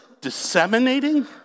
disseminating